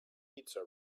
pizza